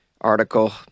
article